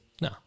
No